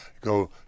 go